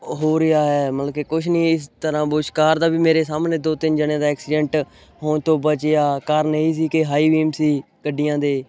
ਹੋ ਰਿਹਾ ਹੈ ਮਤਲਬ ਕਿ ਕੁਛ ਨਹੀਂ ਇਸ ਤਰ੍ਹਾਂ ਬੁਸ਼ ਕਾਰ ਦਾ ਵੀ ਮੇਰੇ ਸਾਹਮਣੇ ਦੋ ਤਿੰਨ ਜਣਿਆਂ ਦਾ ਐਕਸੀਜੈਨਟ ਹੋਣ ਤੋਂ ਬਚਿਆ ਕਾਰਨ ਇਹ ਹੀ ਸੀ ਕਿ ਹਾਈ ਵੀਮ ਸੀ ਗੱਡੀਆਂ ਦੇ